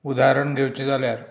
उदाहरण दिवचें जाल्यार